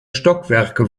stockwerke